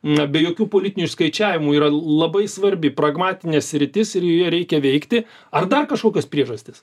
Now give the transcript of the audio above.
na be jokių politinių išskaičiavimų yra labai svarbi pragmatinė sritis ir joje reikia veikti ar dar kažkokios priežastys